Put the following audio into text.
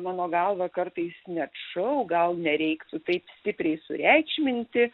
mano galva kartais net šou gal nereiktų taip stipriai sureikšminti